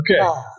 Okay